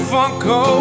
Funko